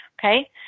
Okay